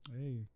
hey